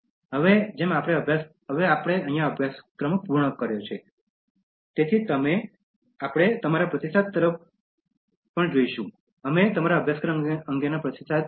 અને હવે જેમ આપણે અભ્યાસક્રમ પૂર્ણ કર્યો છે તેથી અમે તમારા પ્રતિસાદ તરફ આગળ જોઈશું અમે તમારા અભ્યાસક્રમ અંગેના પ્રતિસાદનું સ્વાગત કરીએ છીએ